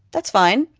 that's fine.